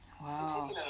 Wow